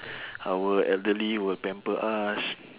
our elderly will pamper us